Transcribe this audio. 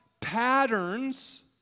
patterns